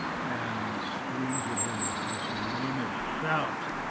and screams at him with this enormous shout.